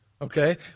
okay